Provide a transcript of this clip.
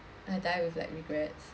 I die with like regrets